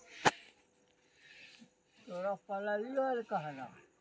व्यक्तिगत उधारकर्ता महग उपभोक्ता वस्तु खरीदै लेल बैंक सं उधार लै छै